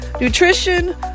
nutrition